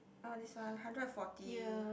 oh this one hundred forty